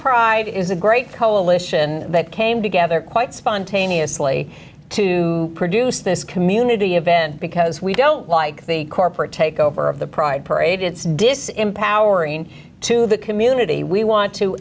pride is a great coalition that came together quite spontaneously to produce this community event because we don't like the corporate takeover of the pride parade it's disempowering to the community we want to